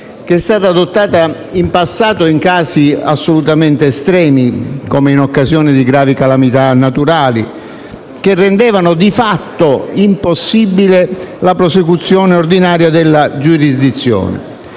che è stata adottata in passato in casi assolutamente estremi, come in occasione di gravi calamità naturali, che rendevano di fatto impossibile la prosecuzione ordinaria della giurisdizione.